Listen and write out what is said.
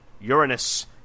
Uranus